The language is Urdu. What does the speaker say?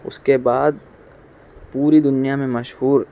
اس کے بعد پوری دنیا میں مشہور